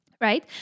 Right